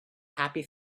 happy